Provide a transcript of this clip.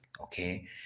okay